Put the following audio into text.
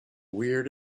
weird